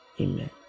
Amen